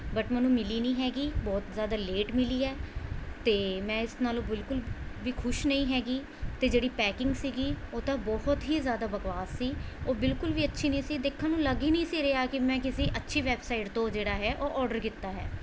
but ਮੈਨੂੰ ਮਿਲੀ ਨਹੀਂ ਹੈਗੀ ਬਹੁਤ ਜ਼ਿਆਦਾ ਲੇਟ ਮਿਲੀ ਹੈ ਅਤੇ ਮੈਂ ਇਸ ਨਾਲੋਂ ਬਿਲਕੁਲ ਵੀ ਖੁਸ਼ ਨਹੀਂ ਹੈਗੀ ਅਤੇ ਜਿਹੜੀ ਪੈਕਿੰਗ ਸੀਗੀ ਉਹ ਤਾਂ ਬਹੁਤ ਹੀ ਜ਼ਿਆਦਾ ਬਕਵਾਸ ਸੀ ਉਹ ਬਿਲਕੁਲ ਵੀ ਅੱਛੀ ਨਹੀਂ ਸੀ ਦੇਖਣ ਨੂੰ ਲੱਗ ਹੀ ਨਹੀਂ ਸੀ ਰਿਹਾ ਕਿ ਮੈਂ ਕਿਸੇ ਅੱਛੀ ਵੈੱਬਸਾਈਟ ਤੋਂ ਜਿਹੜਾ ਹੈ ਉਹ ਔਡਰ ਕੀਤਾ ਹੈ